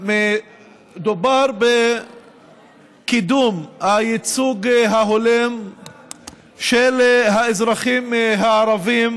מדובר בקידום הייצוג ההולם של האזרחים הערבים